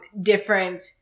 different